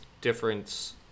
difference